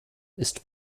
ist